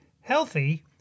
healthy